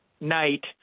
night